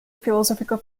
philosophical